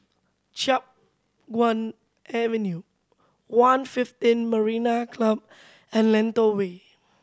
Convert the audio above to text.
Chiap Guan Avenue One fifteen Marina Club and Lentor Way